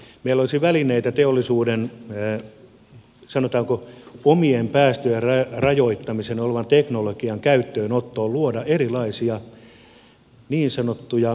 meillä olisi välineitä teollisuuden sanotaanko omien päästöjen rajoittamiseen olevan teknologian käyttöönottoon luoda erilaisia niin sanottuja porkkanoita